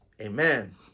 Amen